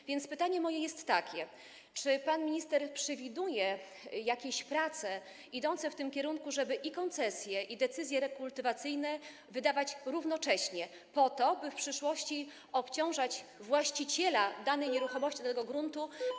A więc pytanie moje jest takie: Czy pan minister przewiduje jakieś prace idące w tym kierunku, żeby i koncesje, i decyzje rekultywacyjne wydawać równocześnie po to, by w przyszłości obciążać właściciela danej nieruchomości, danego gruntu.